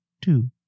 two